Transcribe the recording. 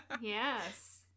yes